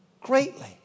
greatly